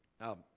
Now